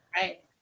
Right